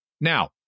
Now